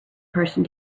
person